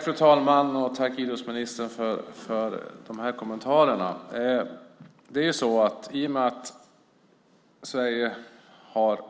Fru talman! Jag tackar idrottsministern för kommentarerna. I och med att Sverige har